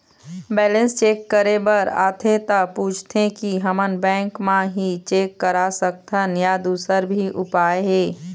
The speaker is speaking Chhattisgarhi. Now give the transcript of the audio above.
बैलेंस चेक करे बर आथे ता पूछथें की हमन बैंक मा ही चेक करा सकथन या दुसर भी उपाय हे?